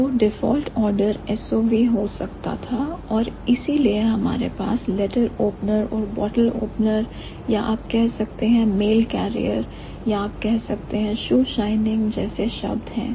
तो default order SOV हो सकता था और इसीलिए हमारे पास letter opener और bottle opener या आप कह सकते हैं mail carrier या आप कह सकते हैं shoe shining जैसे शब्द हैं